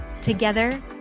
Together